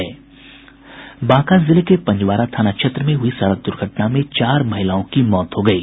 बांका जिले के पंजवारा थाना क्षेत्र में हुई सड़क द्र्घटना में चार महिलाओं की मौत हो गयी